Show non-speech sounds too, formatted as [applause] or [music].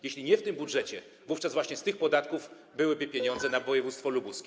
Jeśli nie w tym budżecie, wówczas właśnie z tych podatków byłyby pieniądze [noise] na województwo lubuskie.